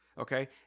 okay